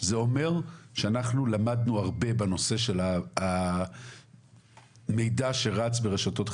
זה אומר שאנחנו למדנו הרבה בנושא של המידע שרץ ברשתות החברתיות.